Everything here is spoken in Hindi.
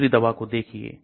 दूसरी दवा को देखिए